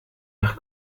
vers